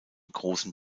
großen